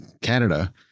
Canada